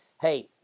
Hey